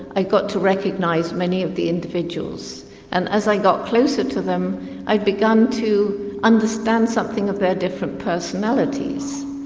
i got to recognise many of the individuals and as i got closer to them i'd begun to understand something of their different personalities.